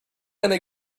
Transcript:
gonna